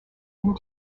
and